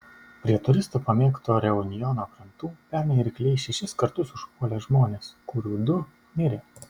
prie turistų pamėgto reunjono krantų pernai rykliai šešis kartus užpuolė žmones kurių du mirė